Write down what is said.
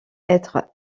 être